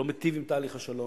לא מיטיב עם תהליך השלום,